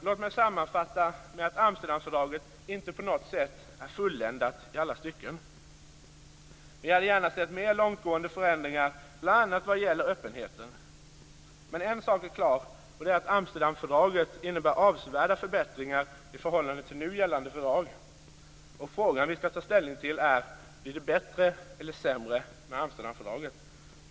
Låt mig sammanfatta med att Amsterdamfördraget inte på något sätt är fulländat i alla stycken. Vi hade gärna sett mer långtgående förändringar bl.a. vad gäller öppenheten. Men en sak är klar, och det är att Amsterdamfördraget innebär avsevärda förbättringar i förhållande till nu gällande fördrag. Och frågan vi skall ta ställning till är: Blir det bättre eller sämre med Amsterdamfördraget?